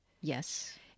Yes